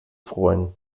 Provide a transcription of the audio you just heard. freuen